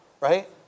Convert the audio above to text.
Right